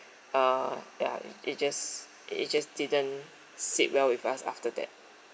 uh yeah it just it just didn't sit well with us after that